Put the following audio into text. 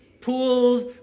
pools